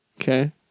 Okay